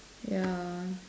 ya